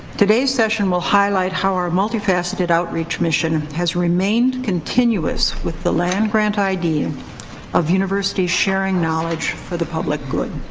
today's session will highlight how our multifaceted outreach mission has remained continuous with the land grant ideal of universities sharing knowledge for the public good.